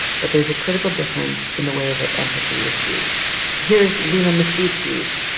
but there's a critical difference in the way that empathy is used. here's lina misitzis,